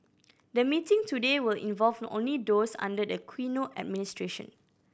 the meeting today will involve only those under the Aquino administration